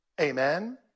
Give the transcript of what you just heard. Amen